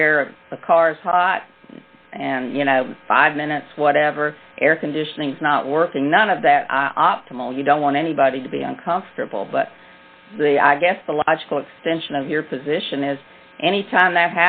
where the car is hot and you know five minutes whatever air conditioning is not working none of that optimal you don't want anybody to be uncomfortable but the i guess the logical extension of your position is any time that